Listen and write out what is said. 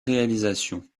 réalisations